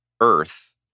earth